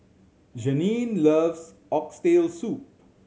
Jeanine loves Oxtail Soup